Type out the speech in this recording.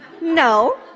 No